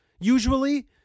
usually